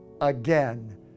again